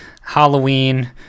halloween